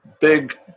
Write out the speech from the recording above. big